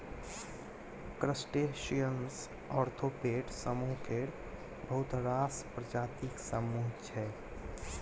crustaceans arthropod समुह केर बहुत रास प्रजातिक समुह छै